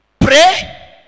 pray